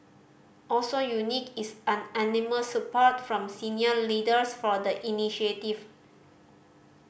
also unique is unanimous support from senior leaders for the initiative